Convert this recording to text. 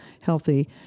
healthy